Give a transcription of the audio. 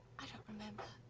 i don't remember.